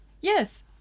Yes